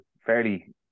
fairly